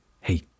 Hey